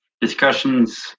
discussions